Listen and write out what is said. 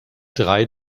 drei